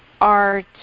art